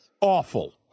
Awful